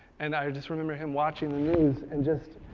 and i just remember him watching the news, and just,